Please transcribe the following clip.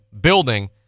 building